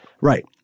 Right